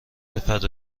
فدا